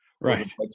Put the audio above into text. right